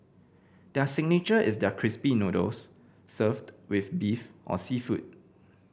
their signature is their crispy noodles served with beef or seafood